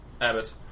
Abbott